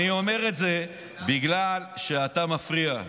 אני אומר את זה בגלל שאתה מפריע.